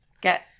get